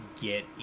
get